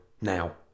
now